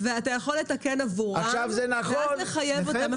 אתה יכול לתקן עבורם ורק לחייב אותם,